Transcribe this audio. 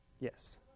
yes